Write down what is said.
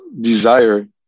desire